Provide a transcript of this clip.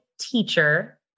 teacher